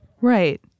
Right